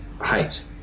height